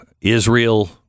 Israel